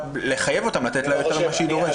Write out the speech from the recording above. לחייב אותם לתת לה יותר ממה שהיא דורשת.